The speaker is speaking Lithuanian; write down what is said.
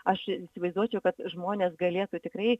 aš įsivaizduočiau kad žmonės galėtų tikrai